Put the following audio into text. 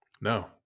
No